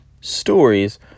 stories